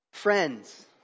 Friends